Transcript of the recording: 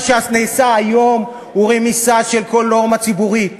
מה שנעשה היום הוא רמיסה של כל נורמה ציבורית.